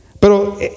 pero